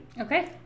Okay